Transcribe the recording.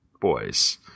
boys